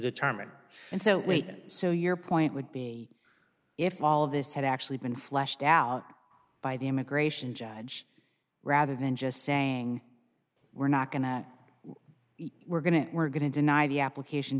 determine and so we can so your point would be if all of this had actually been fleshed out by the immigration judge rather than just saying we're not going to we're going to we're going to deny the application